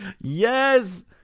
Yes